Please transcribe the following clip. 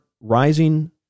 rising